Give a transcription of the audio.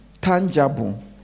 tangible